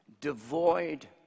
devoid